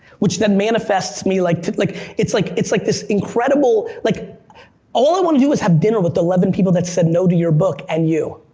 which then manifests me, like like it's like it's like this incredible, like all i want to do is have dinner with the eleven people that said no to your book and you.